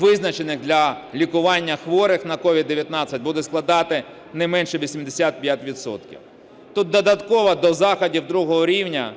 визначених для лікування хворих на COVID-19, буде складати не менше 85 відсотків. Тут додатково до заходів другого рівня